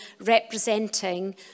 representing